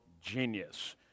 genius